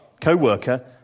co-worker